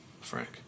Frank